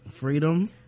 freedom